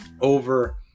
over